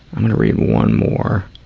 i'm gonna read one more